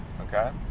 okay